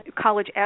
college